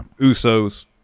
Usos